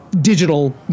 digital